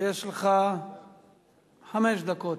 יש לך חמש דקות.